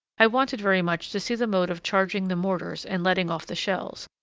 i wanted very much to see the mode of charging the mortars and letting off the shells,